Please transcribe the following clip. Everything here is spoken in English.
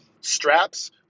Straps